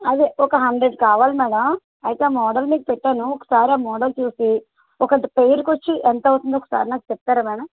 అదే ఒక హండ్రెడ్ కావాలి మేడం అయితే ఆ మోడల్ మీకు పెట్టాను ఒకసారి ఆ మోడల్ చూసి ఒక పెయిర్కి వచ్చి ఎంత అవుతుందో ఒకసారి నాకు చెప్తారా మేడం